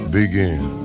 begin